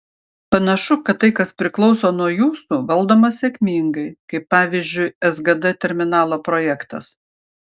panašu kad tai kas priklauso nuo jūsų valdoma sėkmingai kaip pavyzdžiui sgd terminalo projektas